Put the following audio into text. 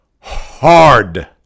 hard